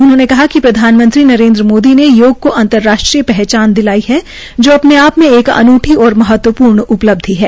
उन्होंने कहा िक प्रधानमंत्री नरेन्द्र मोदी ने योग को अंतर्राष्ट्रीय पहचान दिलाई है जो अपने आप में अनूठी और महत्वपूर्ण उपब्धि है